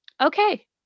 okay